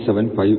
8758 ಆಗಿತ್ತು